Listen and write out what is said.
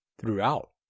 throughout